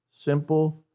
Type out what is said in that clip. Simple